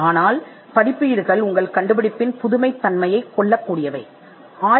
ஆனால் வெளியீடுகள் உங்கள் கண்டுபிடிப்பின் புதுமையைக் கொல்லும் திறன் கொண்டவை